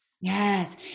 Yes